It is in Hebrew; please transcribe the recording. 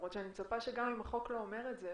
למרות שאני מצפה שגם אם החוק לא אומר את זה,